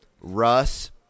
Russ